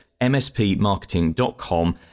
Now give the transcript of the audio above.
mspmarketing.com